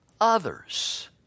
others